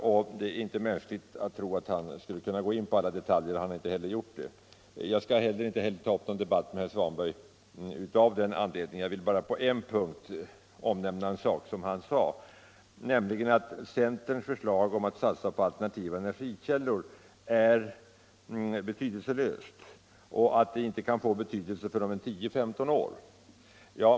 Det hade inte varit rimligt att förvänta att han skulle kunna gå in på alla detaljer, och han har heller inte gjort det. Jag skall inte ta upp någon debatt med herr Svanberg av den anledningen. Jag vill bara på en enda punkt omnämna ett uttalande som herr Svanberg gjorde, nämligen att centerns förslag om att satsa på alternativa energikällor inte kan få betydelse förrän om 10-15 år.